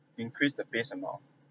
increase the base amount